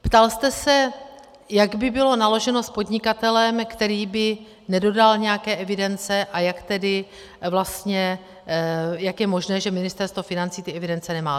Ptal jste se, jak by bylo naloženo s podnikatelem, který by nedodal nějaké evidence, a jak tedy vlastně je možné, že Ministerstvo financí ty evidence nemá.